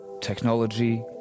technology